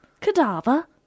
Cadaver